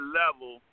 level